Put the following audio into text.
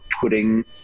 putting